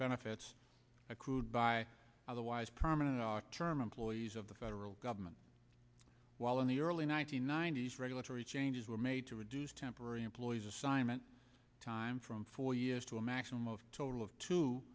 benefits accrued by otherwise permanent term employees of the federal government while in the early one nine hundred ninety s regulatory changes were made to reduce temporary employees assignment time from four years to a maximum of total of